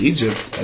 Egypt